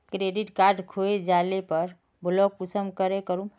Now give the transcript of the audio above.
Credit card खोये जाले पर ब्लॉक कुंसम करे करूम?